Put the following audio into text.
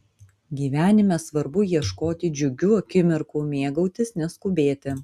gyvenime svarbu ieškoti džiugių akimirkų mėgautis neskubėti